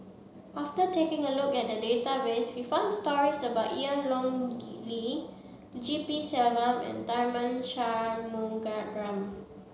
after taking a look at the database we found stories about Yan Ong Li G P Selvam and Tharman Shanmugaratnam